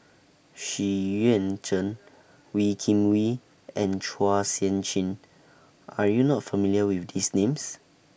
Xu Yuan Zhen Wee Kim Wee and Chua Sian Chin Are YOU not familiar with These Names